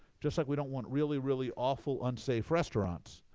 just like we don't want really, really awful, unsafe restaurants,